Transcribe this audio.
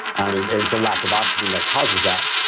and it's a lack of oxygen that causes that.